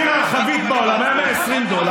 מחיר החבית בעולם היה 120 דולר,